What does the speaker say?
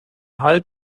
halt